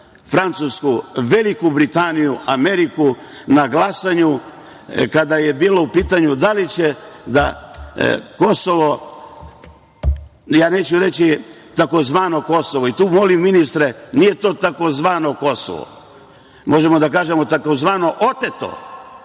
Francusku, Veliku Britaniju, Ameriku, na glasanju, kada je bilo u pitanju da li će da Kosovo, ja neću reći takozvano Kosovo, i tu molim, ministre, nije to takozvano Kosovo, možemo da kažemo „takozvano oteto“,